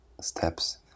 steps